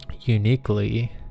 uniquely